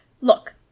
Look